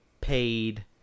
paid